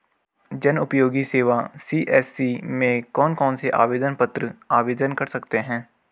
जनउपयोगी सेवा सी.एस.सी में कौन कौनसे आवेदन पत्र आवेदन कर सकते हैं?